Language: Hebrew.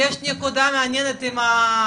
יש נקודה מעניינת עם ארה"ב,